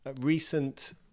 recent